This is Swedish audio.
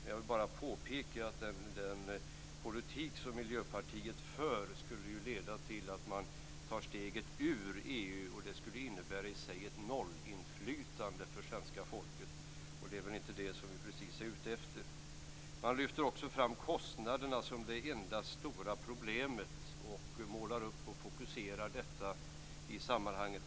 Jag vill bara påpeka att den politik som Miljöpartiet för skulle leda till att man tar steget ur EU. Det skulle i sig innebära ett nollinflytande för svenska folket, och det är väl inte precis det som vi är ute efter. Man lyfter också fram kostnaderna som det enda stora problemet, och målar upp och fokuserar på detta i sammanhanget.